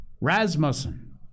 Rasmussen